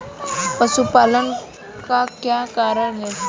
पशुपालन का क्या कारण है?